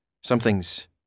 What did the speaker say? something's